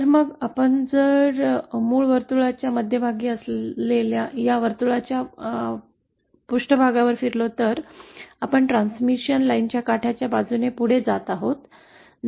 तर मग जर आपण मूळ वर्तुळाच्या मध्यभागी असलेल्या या वर्तुळाच्या पृष्ठभागावर फिरलो तर आपण ट्रान्समिशन लाइन काठाच्या बाजूने पुढे जात आहोत